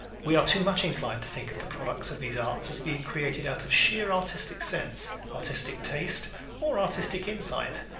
we are too much inclined to think of the products of these arts as being created out of sheer artistic sense, artistic taste or artistic insight.